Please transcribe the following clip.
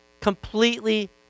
Completely